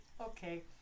Okay